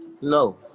No